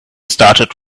started